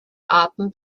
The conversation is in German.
arten